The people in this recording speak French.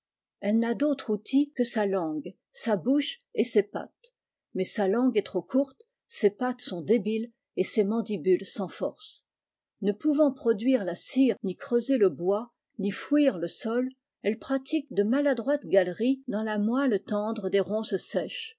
elle n'a d'autre outil que sa langue sa bouche et ses pattes mais sa langue est trop courte ses pattes sont débiles et ses mandibules sans force ne pouvant produire la cir e ni creuser le bois ni fouir le sol elle pratique de maladroites galeries dans la moelle tendre des ronces sèches